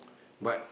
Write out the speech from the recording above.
but